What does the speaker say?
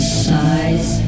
size